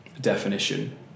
definition